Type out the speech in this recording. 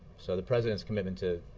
so the president's commitment to